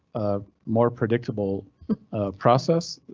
ah more predictable process,